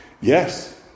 Yes